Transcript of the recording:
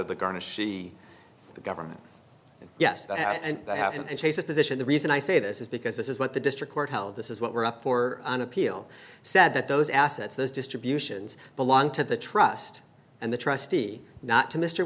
garnish the government yes and i have and chase that position the reason i say this is because this is what the district court held this is what we're up for an appeal said that those assets those distributions belong to the trust and the trustee not to mr